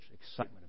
Excitement